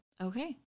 okay